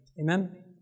Amen